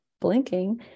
blinking